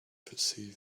perceive